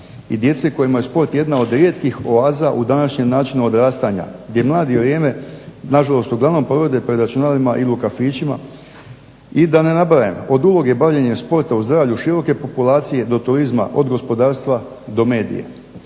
i djece kojima je sport jedna od rijetkih oaza u današnjem načinu odrastanja gdje mladi vrijeme, na žalost uglavnom provode pred računalima i kafićima i da ne nabrajam od uloge bavljenjem sporta u zdravlju široke populacije, do turizma od gospodarstva, do medija.